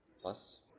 plus